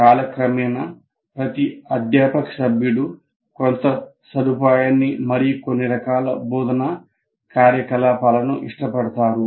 కాలక్రమేణా ప్రతి అధ్యాపక సభ్యుడు కొంత సదుపాయాన్ని మరియు కొన్ని రకాల బోధనా కార్యకలాపాలను ఇష్టపడతారు